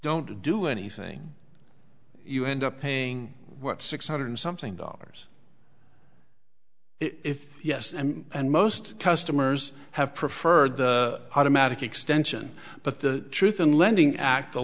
don't do anything you end up paying what six hundred something dollars if yes and most customers have preferred the automatic extension but the truth in lending act the